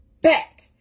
back